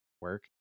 work